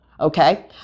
Okay